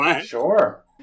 Sure